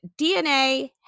dna